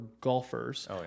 golfers